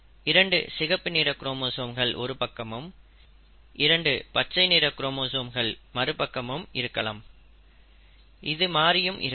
2 சிகப்பு நிற குரோமோசோம்கள் ஒரு பக்கமும் இரண்டு பச்சை நிற குரோமோசோம்கள் மறுபக்கமும் இருக்கலாம் இது மாறியும் இருக்கலாம்